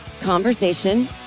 conversation